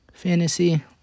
fantasy